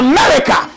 America